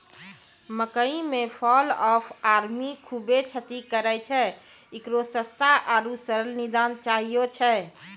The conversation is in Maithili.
मकई मे फॉल ऑफ आर्मी खूबे क्षति करेय छैय, इकरो सस्ता आरु सरल निदान चाहियो छैय?